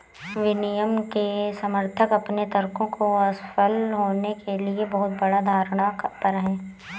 विनियमन के समर्थक अपने तर्कों को असफल होने के लिए बहुत बड़ा धारणा पर हैं